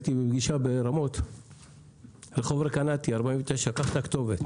הייני בפגישה ברחוב רקנטי 49 ברמות.